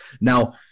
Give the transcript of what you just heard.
Now